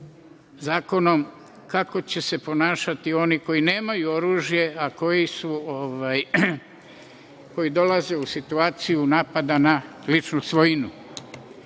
zakonom kako će se ponašati oni koji nemaju oružje, a koji dolaze u situaciju napada na ličnu svojinu?